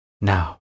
Now